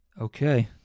okay